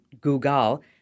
Google